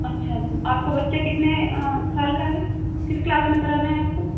अच्छा आपका बच्चा कितने साल का है किस क्लास में कराना है आपको